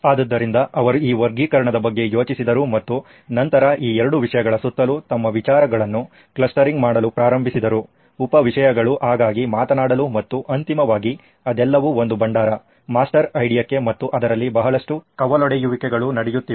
ಆದ್ದರಿಂದ ಅವರು ಈ ವರ್ಗೀಕರಣದ ಬಗ್ಗೆ ಯೋಚಿಸಿದರು ಮತ್ತು ನಂತರ ಈ ಎರಡು ವಿಷಯಗಳ ಸುತ್ತಲೂ ತಮ್ಮ ವಿಚಾರಗಳನ್ನು ಕ್ಲಸ್ಟರಿಂಗ್ ಮಾಡಲು ಪ್ರಾರಂಭಿಸಿದರು ಉಪ ವಿಷಯಗಳು ಹಾಗಾಗಿ ಮಾತನಾಡಲು ಮತ್ತು ಅಂತಿಮವಾಗಿ ಇದೆಲ್ಲವೂ ಒಂದು ಭಂಡಾರ ಮಾಸ್ಟರ್ ಐಡಿಯಾಕ್ಕೆ ಮತ್ತು ಅದರಲ್ಲಿ ಬಹಳಷ್ಟು ಕವಲೊಡೆಯುವಿಕೆಗಳು ನಡೆಯುತ್ತಿವೆ